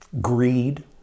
Greed